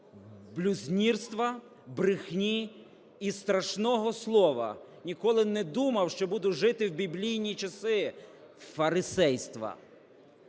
блюзнірства, брехні і страшного слова (ніколи не думав, що буду жити в біблійні часи) фарисейства,